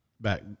Back